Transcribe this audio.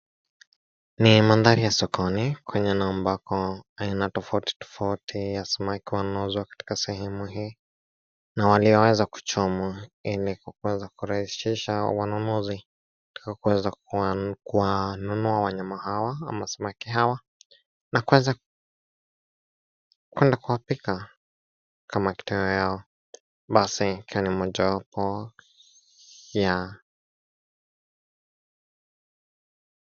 Ni mandhari ya sokoni kwenye na ambako aina tofauti tofauti ya samaki wanauzwa katika sehemu hii na walioweza kuchomwa ili kuweza kurahisisha wanunuzi katika kuweza kununua wanyama hawa ama samaki hawa na kuweza kwenda kuwapika kama kitoweo chao . Basi hii ni mojawapo ya ...